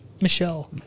Michelle